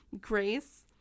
Grace